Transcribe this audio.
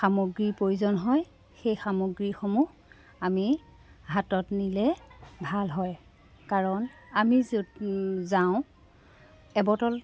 সামগ্ৰীৰ প্ৰয়োজন হয় সেই সামগ্ৰীসমূহ আমি হাতত নিলে ভাল হয় কাৰণ আমি য'ত যাওঁ এবটল